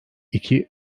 iki